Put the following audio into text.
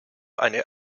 eine